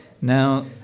Now